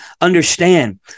understand